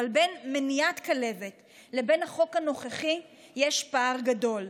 אבל בין מניעת כלבת לבין החוק הנוכחי יש פער גדול.